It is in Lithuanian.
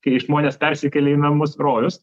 kai žmonės persikelia į namus rojus